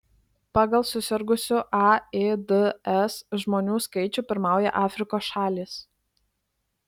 pagal susirgusių aids žmonių skaičių pirmauja afrikos šalys